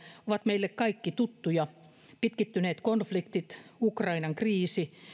ovat meille kaikki tuttuja pitkittyneet konfliktit ukrainan kriisi